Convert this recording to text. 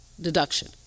deduction